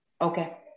Okay